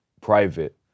private